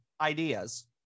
ideas